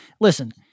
listen –